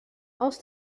als